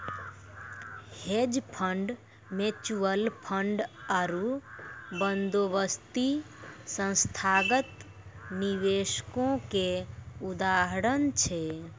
hedge fund, mutual fund आरु बंदोबस्ती संस्थागत निवेशको के उदाहरण छै